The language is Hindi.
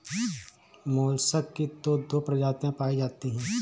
मोलसक की तो दो प्रजातियां पाई जाती है